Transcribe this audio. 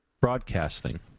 broadcasting